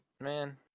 Man